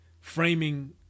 framing